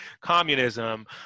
communism